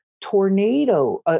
tornado